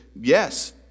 yes